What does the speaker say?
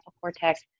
cortex